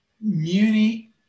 Muni